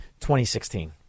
2016